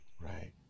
Right